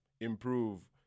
improve